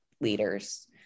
leaders